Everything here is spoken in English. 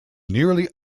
nearly